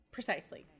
Precisely